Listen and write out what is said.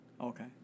Okay